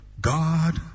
God